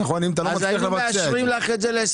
אז אם זה לא אושר פה איך זה בוצע?